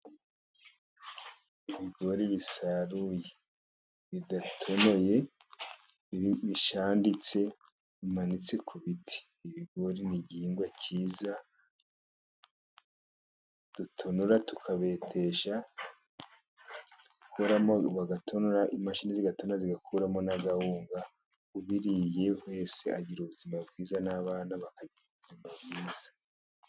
Ibigori bisaruye bidatonoye bishanditse bimanitse ku biti. Ibigori ni igihingwa cyiza dutonora tukabetesha, bagatonora, imashini zigatonora, zigakuramo na kawunga, ubiriye wese agira ubuzima bwiza n'abana bakagira ubuzima bwiza.